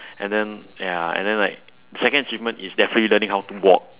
and then ya and then like second achievement is definitely learning how to walk